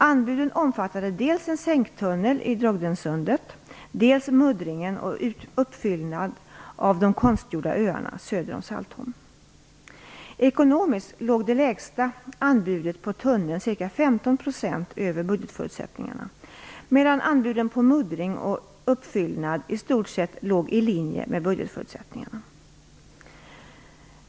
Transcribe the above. Anbuden omfattade dels en sänktunnel i Drogdensundet, dels muddringen och uppfyllnad av de konstgjorda öarna söder om Saltholm. Ekonomiskt låg det lägsta anbudet på tunneln ca 15 % över budgetförutsättningarna, medan anbuden på muddring och uppfyllnad i stort sett låg i linje med budgetförutsättningarna.